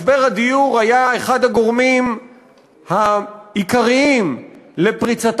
משבר הדיור היה אחד הגורמים העיקריים לפריצת